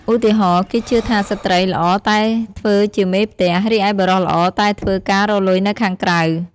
ឧទាហរណ៍ គេជឿថាស្ត្រីល្អតែធ្វើជាមេផ្ទះ រីឯបុរសល្អតែធ្វើការរកលុយនៅខាងក្រៅ។